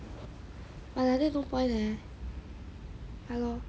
but like that no point leh ya lor